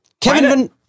Kevin